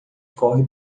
corre